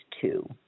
two